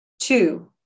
two